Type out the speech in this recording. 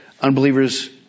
Unbelievers